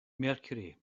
mercury